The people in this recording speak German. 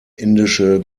indische